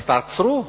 אז תעצרו.